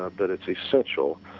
ah but it's essential